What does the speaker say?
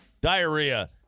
Diarrhea